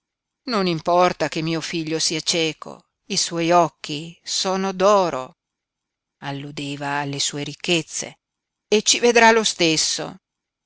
non importa che mio figlio sia cieco i suoi occhi son d'oro alludeva alle sue ricchezze e ci vedrà lo stesso